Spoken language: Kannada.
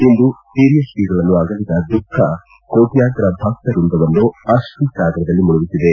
ಇಂದು ಹಿರಿಯ ಶ್ರೀಗಳನ್ನು ಅಗಲಿದ ದುಃಖ ಕೋಟ್ಯಂತರ ಭಕ್ತವೃಂದವನ್ನು ಅಪ್ರುಸಾಗರದಲ್ಲಿ ಮುಳುಗಿಸಿದೆ